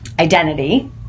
identity